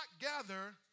gather